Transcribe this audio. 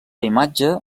imatge